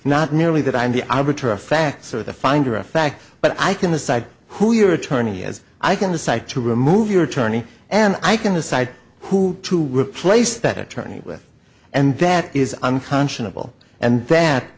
not merely that i'm the arbiter of facts or the finder of fact but i can decide who your attorney as i can decide to remove your attorney and i can decide who to replace that attorney with and that is unconscionable and that